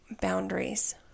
boundaries